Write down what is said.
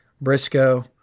Briscoe